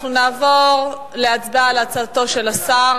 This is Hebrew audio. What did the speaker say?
אנחנו נעבור להצבעה על הצעתו של השר.